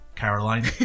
Caroline